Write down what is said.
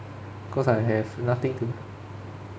cause I have nothing to